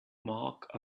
mark